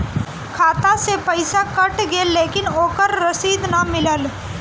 खाता से पइसा कट गेलऽ लेकिन ओकर रशिद न मिलल?